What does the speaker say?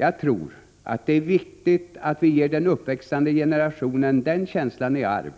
Jag tror att det är viktigt att vi ger den uppväxande generationen den känslan i arv